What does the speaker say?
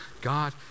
god